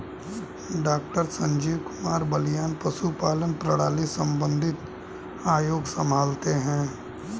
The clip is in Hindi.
डॉक्टर संजीव कुमार बलियान पशुपालन प्रणाली संबंधित आयोग संभालते हैं